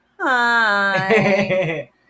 hi